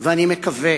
אני מקווה